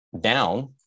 down